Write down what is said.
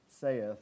saith